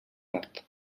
tard